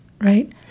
right